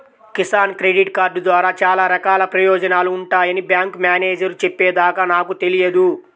Kisan credit card ద్వారా చాలా రకాల ప్రయోజనాలు ఉంటాయని బ్యాంకు మేనేజేరు చెప్పే దాకా నాకు తెలియదు